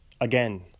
again